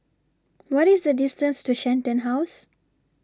What IS The distance to Shenton House